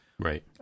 Right